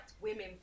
women